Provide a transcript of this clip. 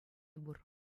пур